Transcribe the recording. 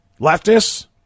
Leftists